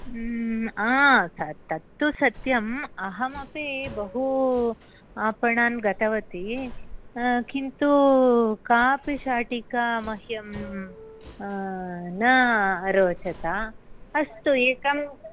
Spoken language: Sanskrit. आ तत्तु सत्यम् अहमपि बहु आपणान् गतवती किन्तु कापि शाटिका मह्यं न रुच्यते अस्तु एकम्